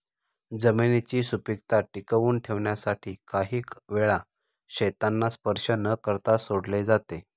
जमिनीची सुपीकता टिकवून ठेवण्यासाठी काही वेळा शेतांना स्पर्श न करता सोडले जाते